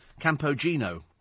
Campogino